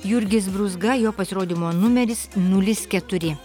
jurgis brūzga jo pasirodymo numeris nulis keturi